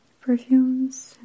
perfumes